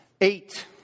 Eight